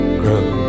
grow